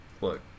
look